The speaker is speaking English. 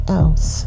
else